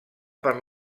per